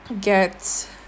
get